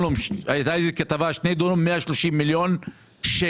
הייתה איזושהי כתבה - שני דונם אדמה יימכרו ב-130 מיליון שקלים.